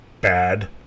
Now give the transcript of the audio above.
bad